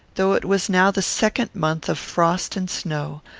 though it was now the second month of frost and snow,